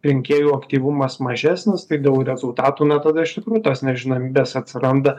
rinkėjų aktyvumas mažesnis tai dėl rezultatų na tada iš tikrųjų tos nežinomybės atsiranda